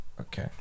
Okay